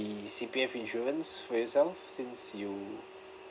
C_P_F insurance for yourself since you